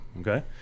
Okay